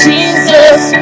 Jesus